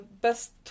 best